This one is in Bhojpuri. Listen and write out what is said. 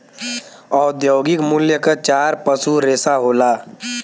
औद्योगिक मूल्य क चार पसू रेसा होला